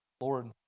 Lord